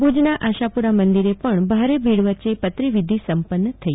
ભુજના આશાપુરા મંદિરેએ પણ ભારે ભીડ વચે પતરી વિધિ સંપન્ન થઇ